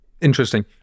Interesting